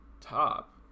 top